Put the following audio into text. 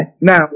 Now